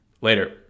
Later